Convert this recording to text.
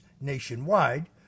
nationwide